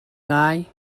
ngai